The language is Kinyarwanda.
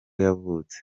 yavutse